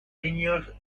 niños